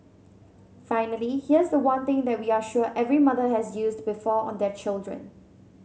finally here's the one thing that we are sure every mother has used before on their children